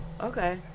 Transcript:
okay